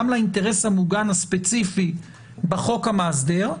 גם לאינטרס המוגן הספציפי בחוק המאסדר,